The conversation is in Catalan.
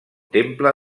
temple